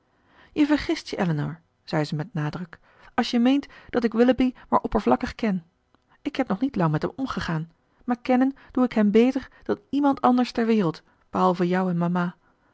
je vergist je elinor zei ze met nadruk als je meent dat ik willoughby maar oppervlakkig ken ik heb nog niet lang met hem omgegaan maar kennen doe ik hem beter dan iemand anders ter wereld behalve jou en mama